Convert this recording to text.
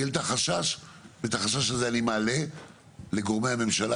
היא העלתה חשש ואת החשש הזה אני מעלה לגורמי הממשלה,